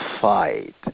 fight